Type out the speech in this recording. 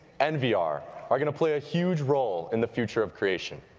and vr are are going to play a huge role in the future of creation.